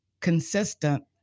consistent